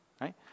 right